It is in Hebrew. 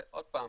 עוד פעם,